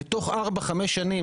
בתוך ארבע-חמש שנים,